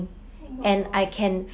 oh my god